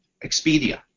Expedia